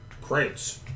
crates